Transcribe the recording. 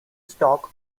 stock